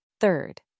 Third